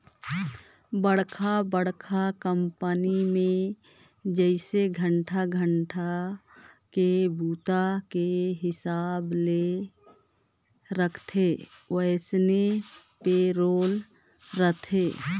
बड़खा बड़खा कंपनी मे जइसे घंटा घंटा के बूता के हिसाब ले राखथे वइसने पे रोल राखथे